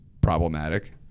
problematic